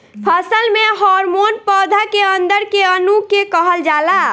फसल में हॉर्मोन पौधा के अंदर के अणु के कहल जाला